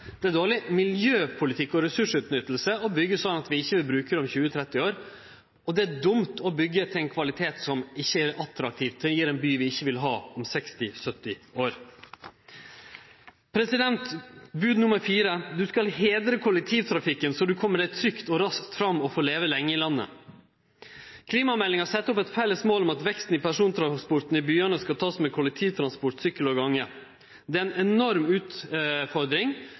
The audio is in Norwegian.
Det er dårleg miljøpolitikk og ressursutnytting å byggje slik at ein ikkje vil bruke det om 20–30 år. Det er dumt å byggje i ein kvalitet som ikkje er attraktivt og som gjev ein by vi ikkje vil ha om 60–70 år. Det fjerde bodet lyder: Du skal heidre kollektivtrafikken så du kjem deg trygt og raskt fram og får leve lenge i landet. Klimameldinga set opp eit felles mål om at veksten i persontransporten i byane skal takast med kollektivtransport, sykkel og gange. Det er ei enorm utfordring,